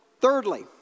thirdly